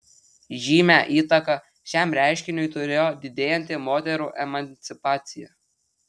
žymią įtaką šiam reiškiniui turėjo didėjanti moterų emancipacija